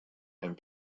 and